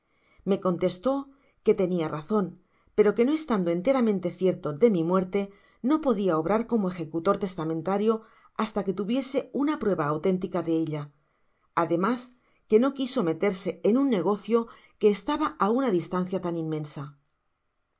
me contestó que tenia tazon pero que no estando enteramente cierto de mi mu erte no podia obrar como ejecutor testamentario hasta que tuviese una prueba auténtica de ella ademas que no quiso meterse en un negocio que estaba á una distancia tan inmensa sin